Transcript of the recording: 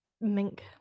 mink